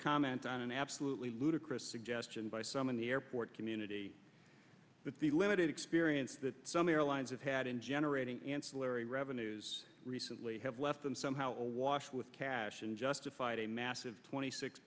comment on an absolutely ludicrous suggestion by some in the airport community that the limited experience that some airlines have had in generating ancillary revenues recently have left them somehow awash with cash and justified a massive twenty six